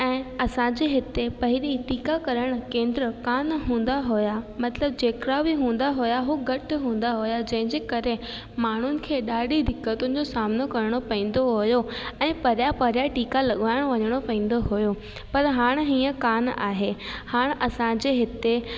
ऐं असांजे हिते पहिरीं टीका करण केंद्र कोन्ह हूंदा हुया मतिलब जेतिरा बि हूंदा हुया हो घटि हूंदा हुया जंहिंजे करे माण्हूनि खे ॾाढी दिक़तुनि जो सामिनो करिणो पवंदो हुयो ऐं परिया परिया टीका लगवाइण वञिणो पवंदो हुयो पर हाण हीअं कोन्ह आहे हाणे असांजे हिते